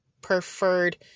preferred